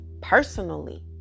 personally